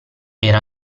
era